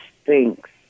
stinks